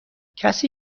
کسی